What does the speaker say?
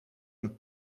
een